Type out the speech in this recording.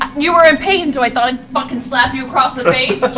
you were in pain, so i thought i'd fucking slap you across the face?